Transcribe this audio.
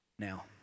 Now